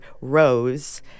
rose